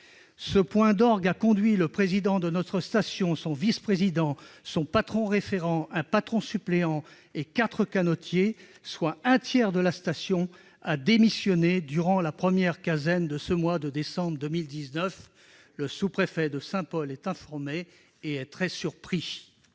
Ce point d'orgue a conduit le président de notre station, son vice-président, son patron référent, un patron suppléant et quatre canotiers, soit un tiers de la station, à démissionner durant la première quinzaine du mois de décembre 2019. Le sous-préfet de Saint-Paul est informé et très surpris.